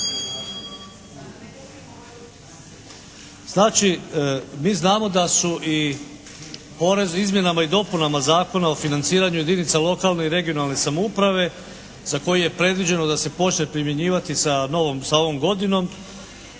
Znači mi znamo da su i porezi izmjenama i dopunama Zakona o financiranju jedinica lokalne i regionalne samouprave za koji je predviđeno da se počne primjenjivati sa novom, sa ovom